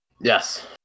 Yes